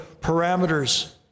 parameters